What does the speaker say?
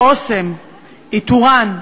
"אסם", "איתוראן",